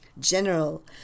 general